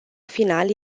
final